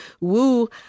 woo